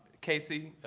casey,